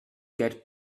get